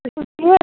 تُہۍ چھِو ٹھیٖک